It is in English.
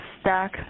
stack